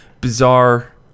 bizarre